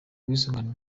ubwisungane